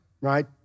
right